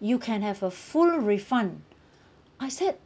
you can have a full refund I said